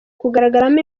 kugaragaramo